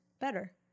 better